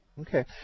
Okay